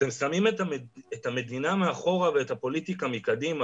אתם שמים את המדינה מאחורה ואת הפוליטיקה מקדימה,